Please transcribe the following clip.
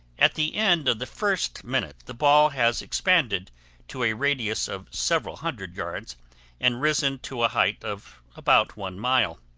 at the end of the first minute the ball has expanded to a radius of several hundred yards and risen to a height of about one mile.